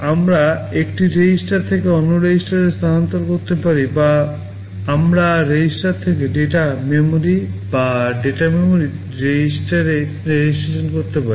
আমরা একটি রেজিস্ট্রার থেকে অন্য রেজিস্টারে স্থানান্তর করতে পারি বা আমরা রেজিস্টার থেকে ডেটা মেমরি বা ডেটা মেমরিতে রেজিস্ট্রেশন করতে পারি